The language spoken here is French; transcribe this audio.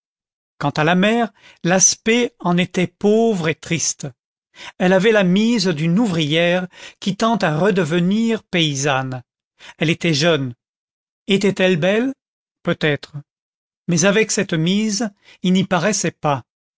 quant à la mère l'aspect en était pauvre et triste elle avait la mise d'une ouvrière qui tend à redevenir paysanne elle était jeune était-elle belle peut-être mais avec cette mise il n'y paraissait pas